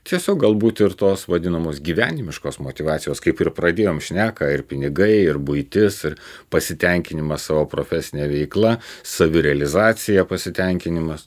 tiesiog galbūt ir tos vadinamos gyvenimiškos motyvacijos kaip ir pradėjome šneką ir pinigai ir buitis ir pasitenkinimas savo profesine veikla savirealizacija pasitenkinimas